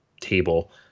table